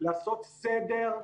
לעשות סדר,